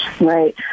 Right